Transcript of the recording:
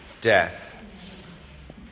death